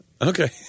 Okay